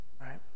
Right